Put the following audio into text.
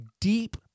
deep